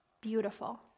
beautiful